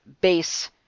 base